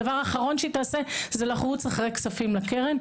הדבר האחרון שהיא תעשה זה לרוץ אחרי כספים מהקרן.